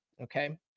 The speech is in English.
Okay